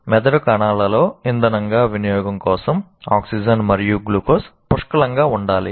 మెదడు కణాలలో ఇంధనంగా వినియోగం కోసం ఆక్సిజన్ మరియు గ్లూకోజ్ పుష్కలంగా ఉండాలి